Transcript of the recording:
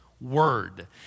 word